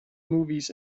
movies